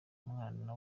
umwana